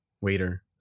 waiter